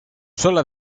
sala